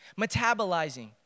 metabolizing